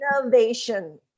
innovation